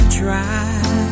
try